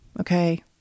okay